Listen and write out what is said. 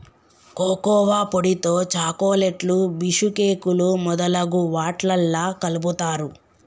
cocoa పొడితో చాకోలెట్లు బీషుకేకులు మొదలగు వాట్లల్లా కలుపుతారు